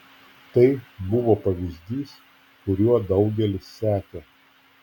tai buvo pavyzdys kuriuo daugelis sekė